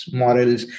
morals